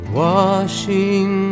washing